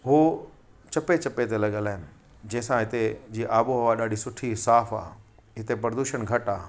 हूअ चपे चपे ते लॻियल आहिनि जंहिंसा हिते जी आबो हवा ॾाढी सुठी साफ़ आहे हिते प्रदूषण घटि आहे